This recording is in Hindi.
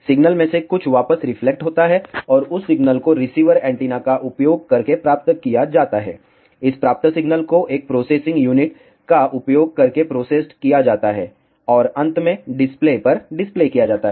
सिग्नल में से कुछ वापस रिफ्लेक्ट होता है और उस सिग्नल को रिसीवर एंटीना का उपयोग करके प्राप्त किया जाता है इस प्राप्त सिग्नल को एक प्रोसेसिंग यूनिट का उपयोग करके प्रोसेस्ड किया जाता है और अंत में डिस्प्ले पर डिस्प्ले किया जाता है